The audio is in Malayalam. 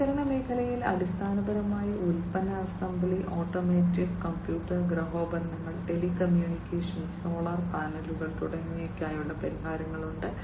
നവീകരണ മേഖലയിൽ അടിസ്ഥാനപരമായി ഉൽപ്പന്ന അസംബ്ലി ഓട്ടോമോട്ടീവ് കമ്പ്യൂട്ടർ ഗൃഹോപകരണങ്ങൾ ടെലികമ്മ്യൂണിക്കേഷൻ സോളാർ പാനലുകൾ തുടങ്ങിയവയ്ക്കുള്ള പരിഹാരങ്ങളുണ്ട്